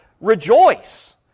Rejoice